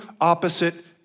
opposite